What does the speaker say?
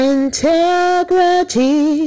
integrity